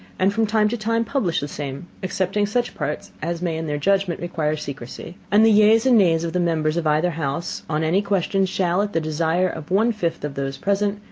and from time to time publish the same, excepting such parts as may in their judgment require secrecy and the yeas and nays of the members of either house on any question shall, at the desire of one fifth of those present,